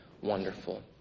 wonderful